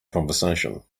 conversation